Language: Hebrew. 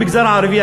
המגזר הערבי,